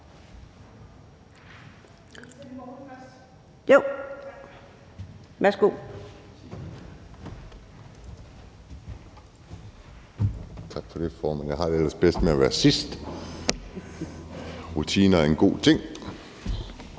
Tak for det, formand. Jeg har det ellers bedst med at være sidst; rutiner er en god ting.